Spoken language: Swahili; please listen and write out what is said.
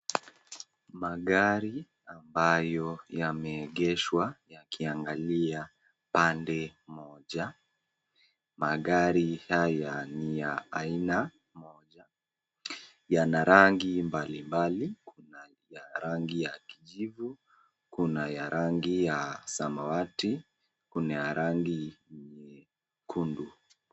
Magari ambayo yameegeshwa yakiangalia pande moja. Magari ni haya ni aina moja ni ya rangi mbalimbali, kuna ya rangi ya kijivu, kuna ya rangi ya samawati, kuna ya rangi nyekundu.